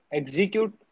execute